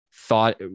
thought